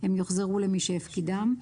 הם יוחזרו למי שהפקידם.